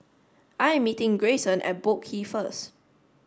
I am meeting Greyson at Boat Quay first